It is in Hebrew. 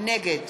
נגד